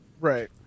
Right